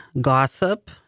gossip